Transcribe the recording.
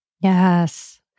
Yes